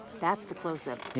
that's the closeup,